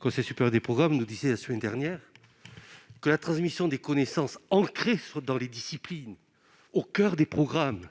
Conseil supérieur des programmes nous a dit la semaine dernière que la transmission des connaissances ancrées dans les disciplines au coeur des programmes